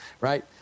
right